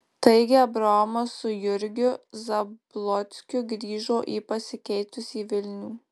taigi abraomas su jurgiu zablockiu grįžo į pasikeitusį vilnių